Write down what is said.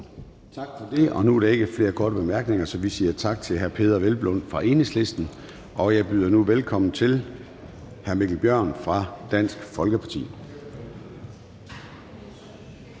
Tak for det. Nu er der ikke flere korte bemærkninger, så vi siger tak til hr. Peder Hvelplund fra Enhedslisten, og jeg byder nu velkommen til hr. Mikkel Bjørn fra Dansk Folkeparti.